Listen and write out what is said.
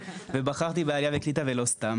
ובחרתי בוועדת העלייה והקליטה לא סתם.